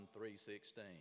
3.16